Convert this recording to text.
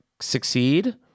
succeed